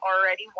already